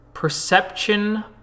Perception